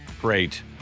great